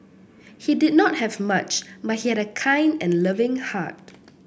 he did not have much but he had a kind and loving heart